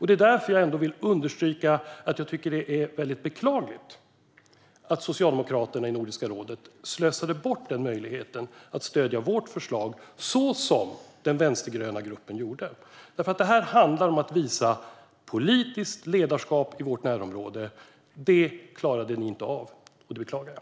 Det är därför jag ändå vill understryka att jag tycker att det är beklagligt att Socialdemokraterna i Nordiska rådet slösade bort den möjligheten att stödja vårt förslag så som den vänstergröna gruppen gjorde. Det här handlar om att visa politiskt ledarskap i vårt närområde. Det klarade ni inte av, och det beklagar jag.